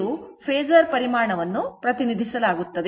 ಇದು ಫೇಸರ್ ಪರಿಮಾಣವನ್ನು ಪ್ರತಿನಿಧಿಸುತ್ತದೆ